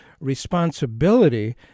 responsibility